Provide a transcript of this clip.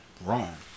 wrong